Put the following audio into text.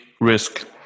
risk